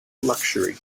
luxury